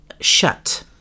shut